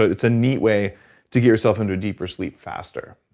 it's a neat way to get yourself into a deeper sleep faster.